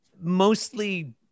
mostly